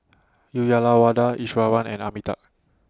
Uyyalawada Iswaran and Amitabh